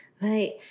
Right